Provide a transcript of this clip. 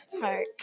Park